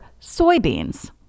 soybeans